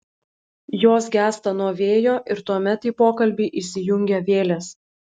jos gęsta nuo vėjo ir tuomet į pokalbį įsijungia vėlės